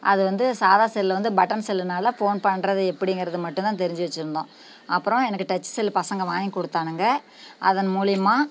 அது வந்து சாதா செல்லு வந்து பட்டன் செல்லுனால் ஃபோன் பண்ணுறது எப்படிங்கிறது மட்டும் தான் தெரிஞ்சு வெச்சுருந்தோம் அப்புறம் எனக்கு டச் செல்லு பசங்கள் வாங்கி கொடுத்தானுங்க அதன் மூலயமா